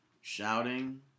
shouting